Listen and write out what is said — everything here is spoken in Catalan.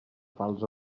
falç